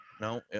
No